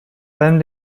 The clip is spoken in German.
allem